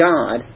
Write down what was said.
God